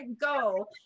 go